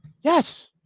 Yes